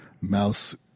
mouse